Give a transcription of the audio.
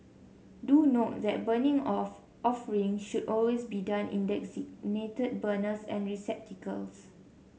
do note that burning of offerings should always be done in designated burners and receptacles